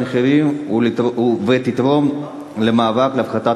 צריכים לתת את הפתרון החינוכי